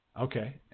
okay